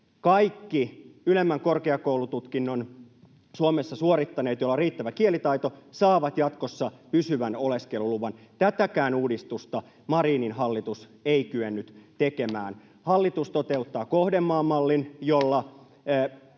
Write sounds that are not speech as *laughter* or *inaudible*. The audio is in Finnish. Kaikki ylemmän korkeakoulututkinnon Suomessa suorittaneet, joilla on riittävä kielitaito, saavat jatkossa pysyvän oleskeluluvan. Tätäkään uudistusta Marinin hallitus ei kyennyt tekemään. *noise* Hallitus toteuttaa kohdemaan mallin,